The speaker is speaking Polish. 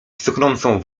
cuchnącą